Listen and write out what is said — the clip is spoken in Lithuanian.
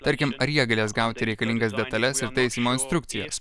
tarkim ar jie galės gauti reikalingas detales ir taisymo instrukcijas